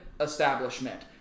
establishment